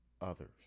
others